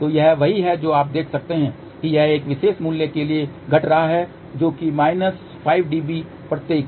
तो यह वही है जो आप देख सकते हैं कि यह इस विशेष मूल्य के लिए घट रहा है जो कि है 5 dB प्रत्येक